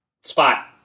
Spot